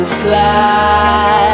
fly